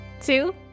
two